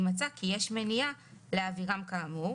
אם מצא כי יש מניעה להעבירם כאמור,